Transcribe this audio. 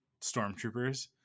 stormtroopers